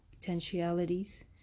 potentialities